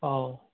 অঁ